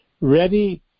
Ready